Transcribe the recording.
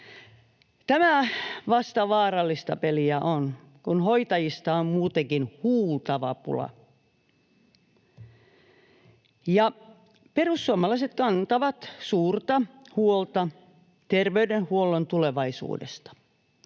Tämä vasta vaarallista peliä on, kun hoitajista on muutenkin huutava pula. Perussuomalaiset kantavat suurta huolta terveydenhuollon tulevaisuudesta.